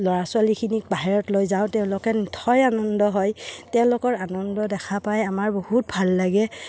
ল'ৰা ছোৱালীখিনিক বাহিৰত লৈ যাওঁ তেওঁলোকে নথৈ আনন্দ হয় তেওঁলোকৰ আনন্দ দেখা পাই আমাৰ বহুত ভাল লাগে